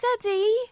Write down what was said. Daddy